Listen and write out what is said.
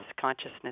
consciousness